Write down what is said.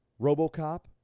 RoboCop